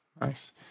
nice